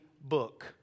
book